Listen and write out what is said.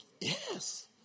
Yes